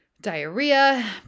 diarrhea